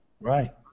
Right